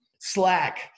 Slack